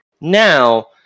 now